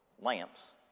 lamps